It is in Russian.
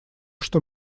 что